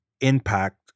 impact